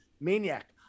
maniac